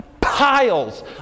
piles